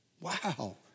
Wow